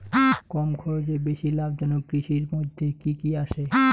কম খরচে বেশি লাভজনক কৃষির মইধ্যে কি কি আসে?